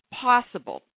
possible